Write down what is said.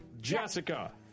Jessica